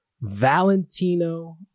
Valentino